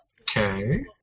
Okay